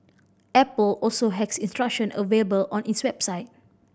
Apple also has instruction available on its website